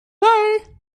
day